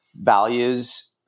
values